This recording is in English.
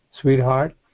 sweetheart